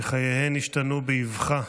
שחייהן השתנו באבחה,